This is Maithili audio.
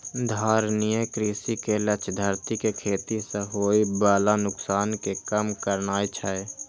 धारणीय कृषि के लक्ष्य धरती कें खेती सं होय बला नुकसान कें कम करनाय छै